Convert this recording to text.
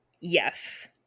Yes